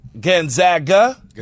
Gonzaga